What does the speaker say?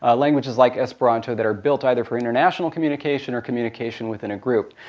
ah languages like esperanto that are built either for international communication, or communication within a group.